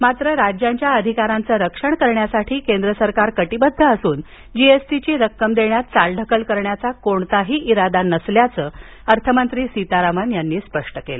मात्र राज्यांच्या अधिकारांचं रक्षण करण्यास केंद्र सरकार कटिबद्ध असून जीएसटीची रक्कम देण्यात चालढकल करण्याचा कोणताही इरादा नसल्याचं अर्थमंत्री सीतारामन यांनी स्पष्ट केलं